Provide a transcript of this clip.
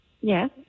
Yes